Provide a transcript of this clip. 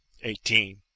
eighteen